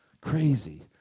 Crazy